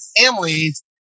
families